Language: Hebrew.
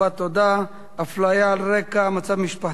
הצעה לסדר-היום בנושא: אפליה על רקע מצב משפחתי,